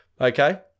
Okay